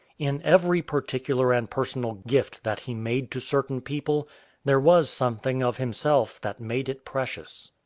in every particular and personal gift that he made to certain people there was something of himself that made it precious.